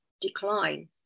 decline